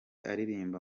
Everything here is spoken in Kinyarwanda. aririmba